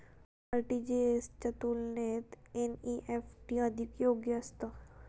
RTGS च्या तुलनेत NEFT अधिक योग्य असतं